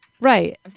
Right